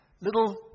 little